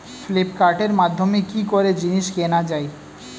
ফ্লিপকার্টের মাধ্যমে কি করে জিনিস কেনা যায়?